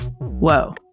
whoa